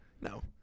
No